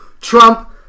Trump